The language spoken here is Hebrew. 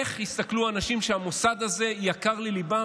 איך יסתכלו האנשים שהמוסד הזה יקר לליבם